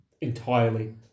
entirely